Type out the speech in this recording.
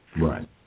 Right